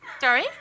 sorry